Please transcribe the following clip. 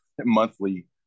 monthly